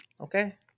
Okay